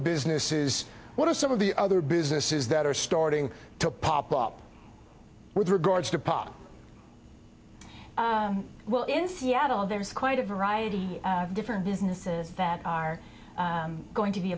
businesses what are some of the other businesses that are starting to pop up with regards to par well in seattle there is quite a variety of different businesses that are going to be